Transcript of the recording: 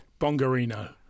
Bongarino